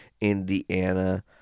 Indiana